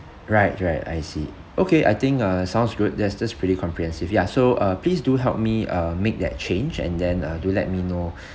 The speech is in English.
right right I see okay I think uh sounds good that that's pretty comprehensive ya so uh please do help me uh make that change and then uh do let me know